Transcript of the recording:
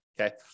okay